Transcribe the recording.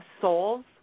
souls